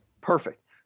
perfect